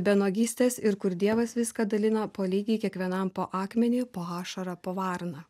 be nuogystės ir kur dievas viską dalina po lygiai kiekvienam po akmenį po ašarą po varną